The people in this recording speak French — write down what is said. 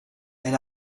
elle